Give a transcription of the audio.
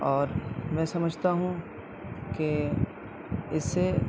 اور میں سمجھتا ہوں کہ اس سے